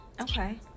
Okay